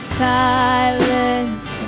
silence